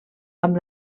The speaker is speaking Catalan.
amb